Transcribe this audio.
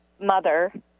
mother